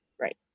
right